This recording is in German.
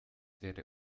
wäre